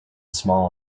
small